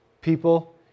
people